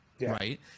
right